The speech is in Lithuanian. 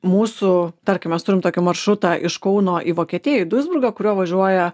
mūsų tarkim mes turim tokį maršrutą iš kauno į vokietiją į duisburgą kuriuo važiuoja